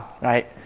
right